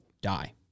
die